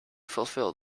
fulfil